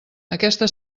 aquesta